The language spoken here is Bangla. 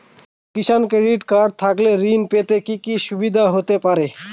কিষান ক্রেডিট কার্ড থাকলে ঋণ পেতে কি কি সুবিধা হতে পারে?